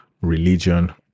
religion